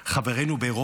חברינו באירופה,